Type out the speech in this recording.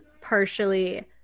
partially